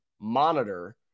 monitor